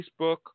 Facebook